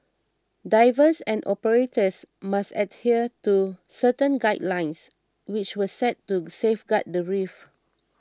divers and operators must adhere to certain guidelines which were set to safeguard the reef